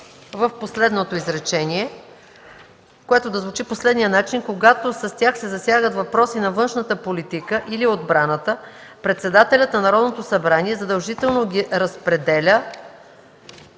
в последното изречение, което да звучи по следния начин: „Когато с тях се засягат въпроси на външната политика или отбраната, председателят на Народното събрание задължително ги разпределя